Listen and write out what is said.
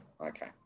okay